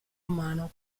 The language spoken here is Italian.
umano